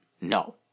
No